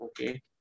okay